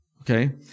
okay